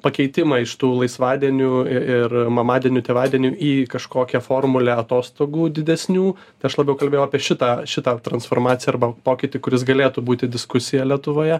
pakeitimą iš tų laisvadienių i ir mamadienių tėvadienių į kažkokią formulę atostogų didesnių tai aš labiau kalbėjau apie šitą šitą transformaciją arba pokytį kuris galėtų būti diskusija lietuvoje